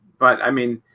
but i mean